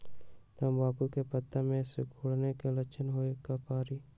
तम्बाकू के पत्ता में सिकुड़न के लक्षण हई का करी?